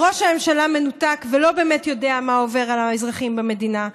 ראש הממשלה מנותק ולא באמת יודע מה עובר על האזרחים במדינה,